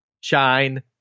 shine